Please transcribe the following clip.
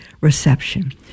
reception